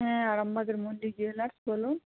হ্যাঁ আরামবাগের মল্লিক জুয়েলার্স বলুন